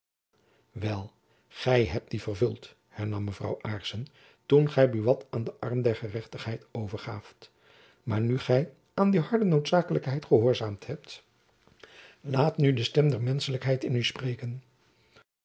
wel gy hebt die vervuld hernam mevrouw aarssen toen gy buat aan den arm der gerechtigheid overgaaft maar nu gy aan die harde noodzaaklijkheid gehoorzaamd hebt laat nu de stem der menschelijkheid in u spreken